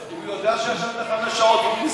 הוא יודע שישנת חמש שעות והוא,